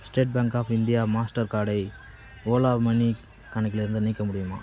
state Bank of India Master கார்டை Ola money கணக்கிலிருந்து நீக்க முடியுமா